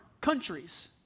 countries